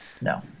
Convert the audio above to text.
No